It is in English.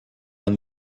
our